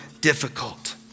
difficult